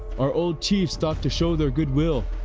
our old chiefs thought to show their goodwill,